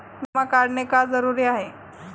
विमा काढणे का जरुरी आहे?